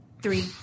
three